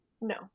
No